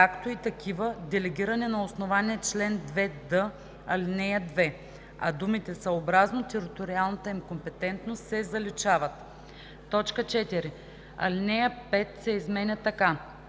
„както и такива, делегирани на основание чл. 2д, ал. 2“, а думите „съобразно териториалната им компетентност“ се заличават. 4. Алинея 5 се изменя така: